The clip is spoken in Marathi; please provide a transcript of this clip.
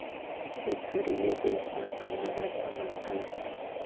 शेतकरी ले देश ना अन्नदाता म्हणतस